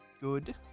Good